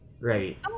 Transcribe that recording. right